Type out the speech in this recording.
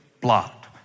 blocked